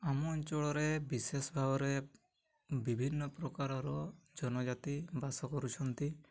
ଆମ ଅଞ୍ଚଳରେ ବିଶେଷ ଭାବରେ ବିଭିନ୍ନ ପ୍ରକାରର ଜନଜାତି ବାସ କରୁଛନ୍ତି